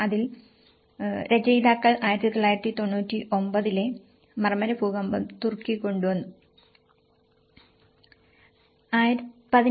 അതിനാൽ രചയിതാക്കൾ 1999 ലെ മർമര ഭൂകമ്പം തുർക്കി Marmara earthquake Turkey